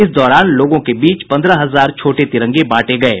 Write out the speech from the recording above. इस दौरान लोगों के बीच पन्द्रह हजार छोटे तिरंगे बांटे गये